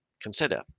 consider